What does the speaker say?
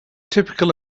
typical